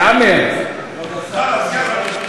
יאללה,